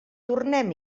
tornem